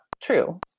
true